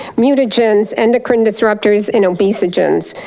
mutagens, endocrine disruptors and obesogens.